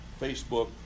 Facebook